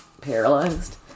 paralyzed